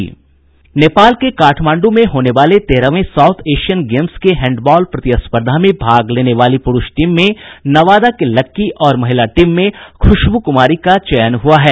नेपाल के काठमांडू में होने वाले तेरहवें साउथ एशियन गेम्स के हैंडबॉल प्रतिस्पर्धा में भाग लेने वाले पुरूष टीम में नवादा के लक्की और महिला टीम में खुशबू कुमारी का चयन हुआ है